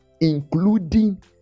including